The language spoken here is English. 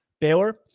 Baylor